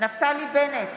נפתלי בנט,